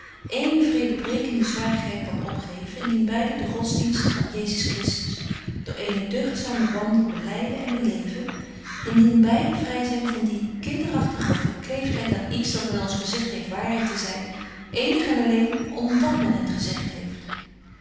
burgerhart zwarigheid kan opgeven indien beide den godsdienst van jezus christus door eenen deugdzamen wandel belyden en beleven indien beide vry zyn van die kinderagtige verkleeftheid aan iets dat men ons gezegt heeft waarheid te zyn eenig en alleen om dat men het gezegt heeft